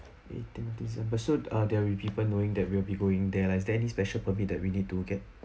eighteen of december so uh there will people knowing that we'll be going there like is there any special permit that we need to get